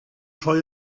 troi